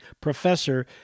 professor